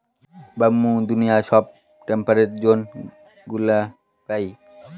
bamboo দুনিয়ার সব temperate জোনগুলা পায়